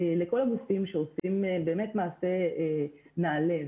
לכל הגופים שעושים באמת מעשה נעלה.